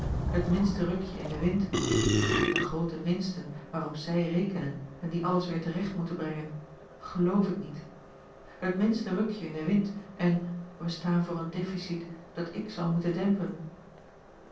het minste rukje in den wind want aan de groote winsten waarop zij rekenen en die alles weer terecht moeten brengen geloof ik niet het minste rukje in den wind en wij staan voor een deficit dat ik zal moeten dempen